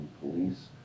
police